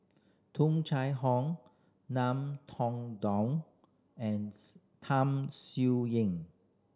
Tung Chye Hong Ngiam Tong Dow and Tham Sien Yen